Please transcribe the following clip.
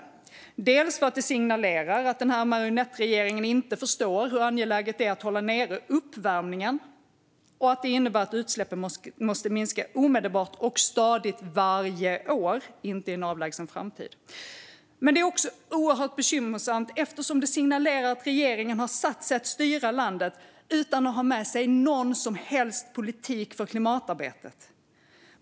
Det är oroväckande för att det signalerar att den här marionettregeringen inte förstår hur angeläget det är att hålla nere uppvärmningen och att det innebär att utsläppen måste minska omedelbart och stadigt varje år, inte i en avlägsen framtid. Men det är också oerhört bekymmersamt eftersom det signalerar att regeringen har satt sig att styra landet utan att ha med sig någon som helst politik för klimatarbetet.